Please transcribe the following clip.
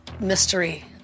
mystery